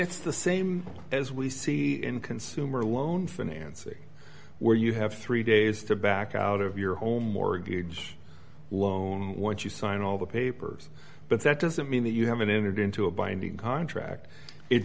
it's the same as we see in consumer loan financing where you have three days to back out of your home mortgage loan once you sign all the papers but that doesn't mean that you haven't entered into a binding contract it